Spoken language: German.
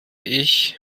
ich